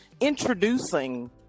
introducing